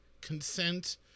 consent